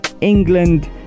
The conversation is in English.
England